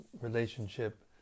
relationship